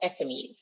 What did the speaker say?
SMEs